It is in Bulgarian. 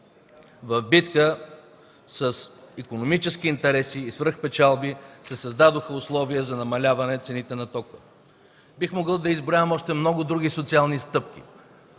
в битка с икономически интереси и свръхпечалби се създадоха условия за намаляване цените на тока. Бих могъл да изброявам още много други социални стъпки,